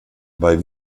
bei